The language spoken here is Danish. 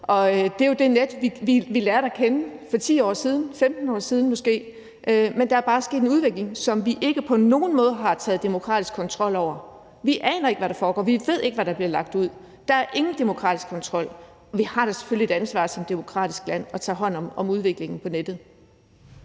og det er jo det net, vi lærte at kende for 10 år siden, 15 år siden måske, men der er bare sket en udvikling, som vi ikke på nogen måde har taget demokratisk kontrol over. Vi aner ikke, hvad der foregår, og vi ved ikke, hvad der bliver lagt ud, der er ingen demokratisk kontrol. Vi har da selvfølgelig et ansvar som demokratisk land for at tage hånd om udviklingen på nettet.